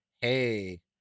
hey